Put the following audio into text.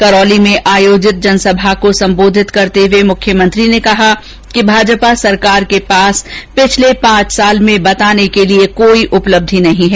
करौली में आयोजित जनसभा को संबोधित करते हुए मुख्यमंत्री ने कहा कि भाजपा सरकार के पास पिछले पांच साल में बताने के लिए कोई उपलब्धि नहीं है